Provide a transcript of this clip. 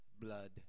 blood